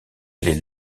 les